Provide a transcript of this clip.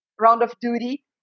round-of-duty